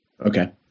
Okay